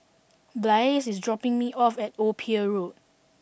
Blaise is dropping me off at Old Pier Road